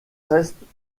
restent